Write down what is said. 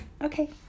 Okay